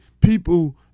people